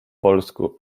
polsku